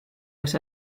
los